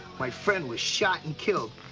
my friend was shot and killed.